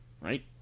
Right